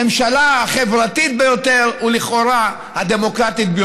הממשלה החברתית ביותר, ולכאורה הדמוקרטית ביותר.